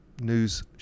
news